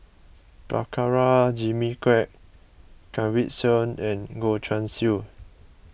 Prabhakara Jimmy Quek Kanwaljit Soin and Goh Guan Siew